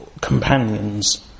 companions